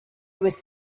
was